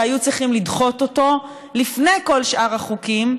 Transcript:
שהיו צריכים לדחות אותו לפני כל שאר החוקים,